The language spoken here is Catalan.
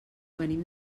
venim